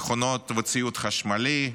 מכונות וציוד חשמלי,